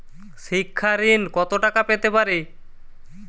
শিক্ষা ঋণ কত টাকা পেতে পারি?